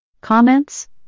Comments